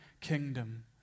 kingdom